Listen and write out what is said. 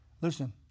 Listen